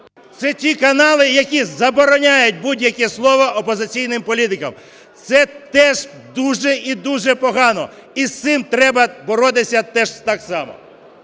Це ті канали, які забороняють будь-яке слово опозиційним політикам. Це теж дуже і дуже погано, і з цим треба боротися теж так само.